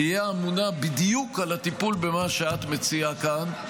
תהיה אמונה בדיוק על הטיפול במה שאת מציעה כאן.